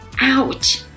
Ouch